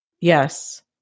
Yes